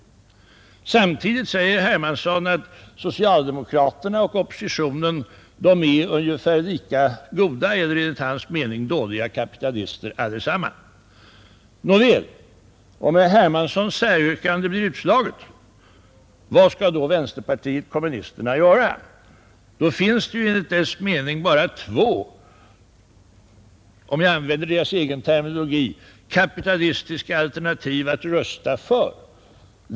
Samtidigt anser herr Hermansson att socialdemokraterna och oppositionen är ungefär lika goda eller enligt hans mening dåliga kapitalister allesamman. Nåväl, om herr Hermanssons särskilda uttalande blir utslaget vid voteringen, vad skall då vänsterpartiet kommunisterna göra? Då finns det enligt dess mening bara två kapitalistiska alternativ, för att använda partiets egen terminologi, att rösta för.